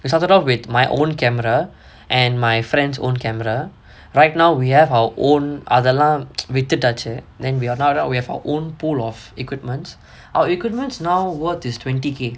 we started off with my own camera and my friends own camera right now we have our own அதலா:athalaa வித்துட்டாச்சு:vithutaachu then we lot a we are for own pool of equipment our equipment now what is twenty K